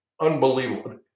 unbelievable